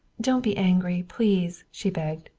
don't be angry, please, she begged.